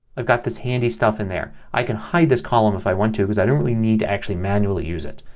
i've got handy stuff in there. i can hide this column if i want to because i don't really need to actually manually use it.